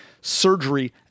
surgery